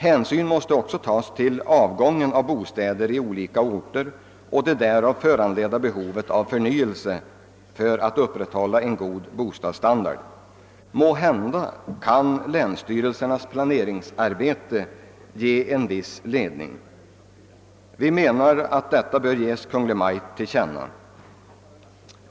Hänsyn måste också tas till bortfallet av bostäder i olika orter och det därav föranledda behovet av förnyelse för att upprätthålla en god bostadsstandard. Måhända kan länsstyrelsernas planeringsarbete ge en viss ledning för framtiden. Vi anser att dessa synpunkter bör ges Kungl. Maj:t till känna.